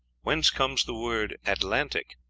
whence comes the word atlantic?